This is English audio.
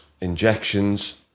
injections